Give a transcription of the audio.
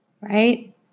Right